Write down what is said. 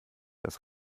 das